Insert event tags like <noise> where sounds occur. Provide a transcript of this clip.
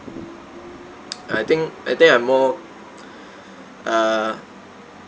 <noise> I think I think I'm more uh